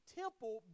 temple